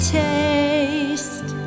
taste